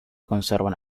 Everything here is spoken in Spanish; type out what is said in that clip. conservan